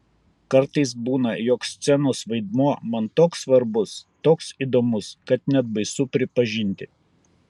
kartais būna jog scenos vaidmuo man toks svarbus toks įdomus kad net baisu pripažinti